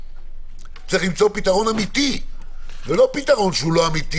צריך למצוא פתרון אמיתי ולא פתרון שהוא לא אמיתי